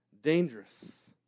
dangerous